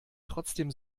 trotzdem